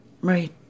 right